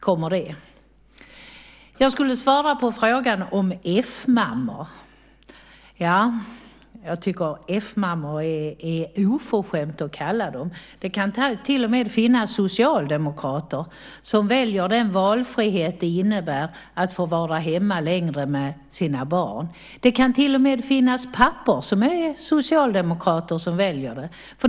Jag ska svara på frågan om F-mammor. Jag tycker att det är oförskämt att kalla dem F-mammor. Det kan till och med finnas socialdemokrater som använder den valfriheten för att få vara hemma längre med sina barn. Det kan finnas pappor som är socialdemokrater som väljer detta.